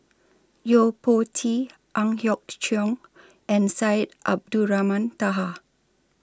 Yo Po Tee Ang Hiong Chiok and Syed Abdulrahman Taha